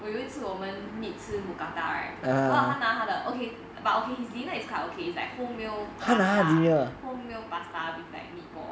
我有一次我们 meet 吃 mookata right !wah! 他拿他的 okay but okay his dinner is quite okay like wholemeal pasta wholemeal pasta it's like meatball